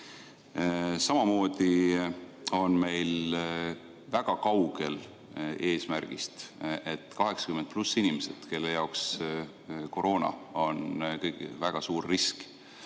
Samamoodi oleme väga kaugel eesmärgist, et 80+ inimestest, kelle jaoks koroona on väga suur risk,